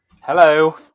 Hello